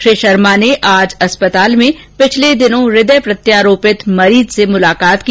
श्री शर्मा ने आज अस्पताल में पिछले दिनों हदय प्रत्यारोरण हुए मरीज से मुलाकात की